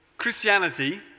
Christianity